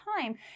time